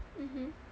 mmhmm